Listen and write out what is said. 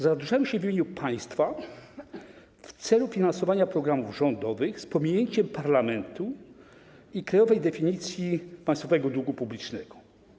Zadłużają się w imieniu państwa w celu finansowania programów rządowych z pominięciem parlamentu i krajowej definicji państwowego długu publicznego.